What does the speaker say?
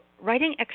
writing